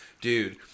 dude